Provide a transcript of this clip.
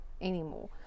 anymore